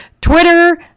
Twitter